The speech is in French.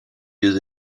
vieux